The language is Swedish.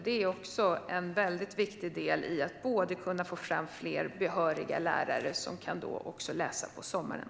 Det är en väldigt viktig del i att kunna få fram fler behöriga lärare som kan läsa på sommaren.